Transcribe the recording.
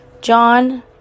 John